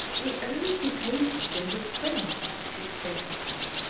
we only keep hayseed in the spring, she explained loftily.